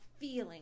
feeling